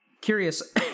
curious